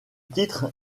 titre